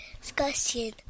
discussion